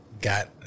got